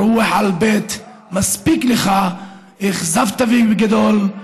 רוח אל-בית, מספיק לך, אכזבת, ובגדול.